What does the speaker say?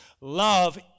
love